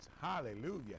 Hallelujah